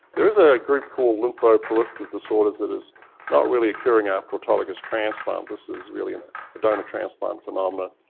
there is a group called lymphoproliferative disorders that is not really occurring after autologous transplant, this is really um ah a donor transplant phenomena.